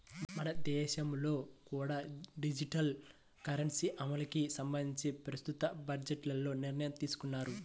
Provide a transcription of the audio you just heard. మన దేశంలో కూడా డిజిటల్ కరెన్సీ అమలుకి సంబంధించి ప్రస్తుత బడ్జెట్లో నిర్ణయం తీసుకున్నారు